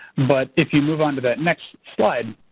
but if you move onto that next slide,